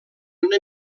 una